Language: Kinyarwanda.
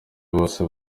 bose